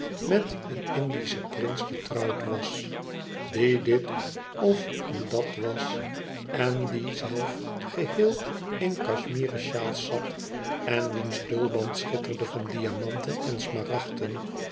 met een indischen prins getrouwd was die een dit of een dat was en die zelf geheel in cashraicen sjaals zaten wiens tulband schitterde van diamanten en smaragden